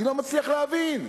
אני לא מצליח להבין.